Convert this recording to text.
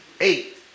eight